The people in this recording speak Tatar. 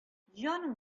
җаның